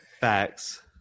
Facts